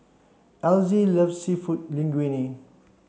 Elzie loves Seafood Linguine